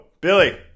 Billy